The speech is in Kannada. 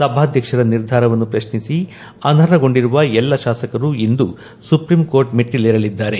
ಸಭಾಧ್ಯಕ್ಷರ ನಿರ್ಧಾರವನ್ನು ಪ್ರಶ್ನಿಸಿ ಅನರ್ಹಗೊಂಡಿರುವ ಎಲ್ಲ ಶಾಸಕರು ಇಂದು ಸುಪ್ರೀಂ ಕೋರ್ಟ್ ಮೆಟ್ಟಿಲೇರಲಿದ್ದಾರೆ